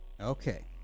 Okay